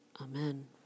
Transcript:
Amen